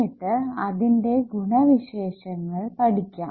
എന്നിട്ട് അതിന്റെ ഗുണവിശേഷങ്ങൾ പഠിക്കാം